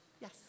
Yes